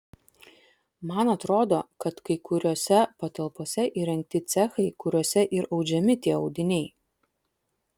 man atrodo kad kai kuriose patalpose įrengti cechai kuriuose ir audžiami tie audiniai